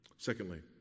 Secondly